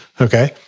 Okay